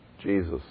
Jesus